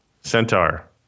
Centaur